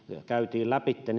käytiin lävitse